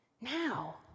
now